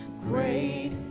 Great